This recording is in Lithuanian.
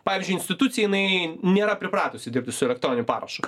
pavyzdžiui institucija jinai nėra pripratusi dirbti su elektroniniu parašu